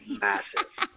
massive